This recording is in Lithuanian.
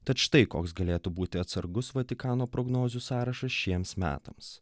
tad štai koks galėtų būti atsargus vatikano prognozių sąrašas šiems metams